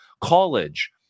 college